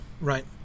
right